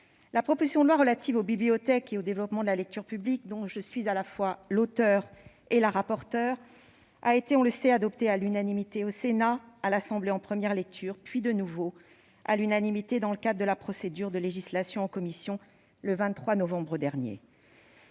La proposition de loi relative aux bibliothèques et au développement de la lecture publique, dont je suis à la fois l'auteure et la rapporteure, a été adoptée à l'unanimité au Sénat et à l'Assemblée nationale en première lecture, puis de nouveau à l'unanimité dans le cadre de la procédure de législation en commission le 23 novembre dernier.